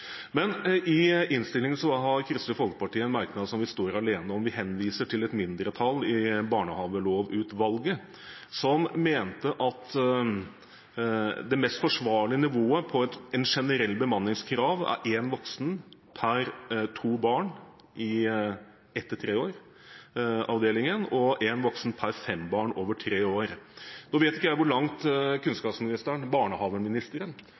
Men i innstillingen har Kristelig Folkeparti en merknad som vi står alene om. Vi henviser til et mindretall i Barnehagelovutvalget som mente at det mest forsvarlige nivået på et generelt bemanningskrav, er én voksen per to barn i ett–treårsavdelingen og én voksen per fem barn over tre år. Nå vet ikke jeg hvor langt kunnskapsministeren, barnehageministeren,